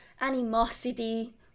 animosity